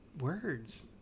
words